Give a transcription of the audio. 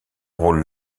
roule